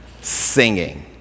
singing